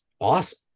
awesome